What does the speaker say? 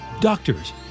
Doctors